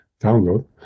download